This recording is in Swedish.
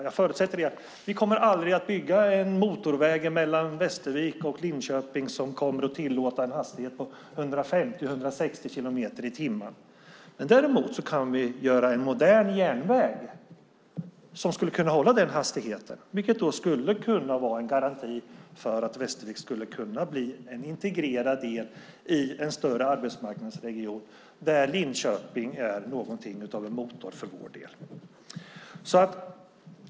Jag förutsätter att vi aldrig kommer att bygga en motorväg mellan Västervik och Linköping som kommer att tillåta en hastighet på 150-160 kilometer i timmen. Däremot kan vi bygga en modern järnväg där tågen skulle kunna hålla den hastigheten, vilket skulle vara en garanti för att Västervik kan bli en integrerad del i en större arbetsmarknadsregion där Linköping är någonting av en motor för vår del.